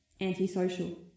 Antisocial